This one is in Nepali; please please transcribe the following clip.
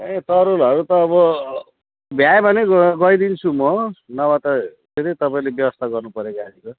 ए तरुलहरू त अब भ्याए भने ग गइदिन्छु म नभए त त्यता तपाईँले व्यवस्था गर्नु पर्यो गाडीको